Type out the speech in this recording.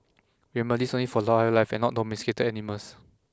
remember this is only for wildlife and not domesticated animals